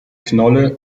knolle